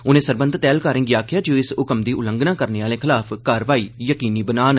उनें सरबंधत ऐहलकारें गी आखेआ जे ओह इस हक्म दी उल्लंघना करने आहलें खलाफ कार्रवाई यकीनी बनान